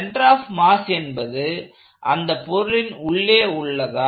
centre of mass என்பது அந்த பொருளின் உள்ளே உள்ளதா